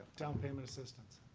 down payment assistance.